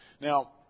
Now